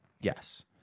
Yes